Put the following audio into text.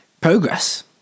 progress